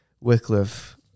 Wycliffe